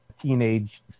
Teenage